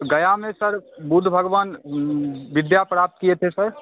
गया में सर बुद्ध भगवान विद्या प्राप्त किए थे सर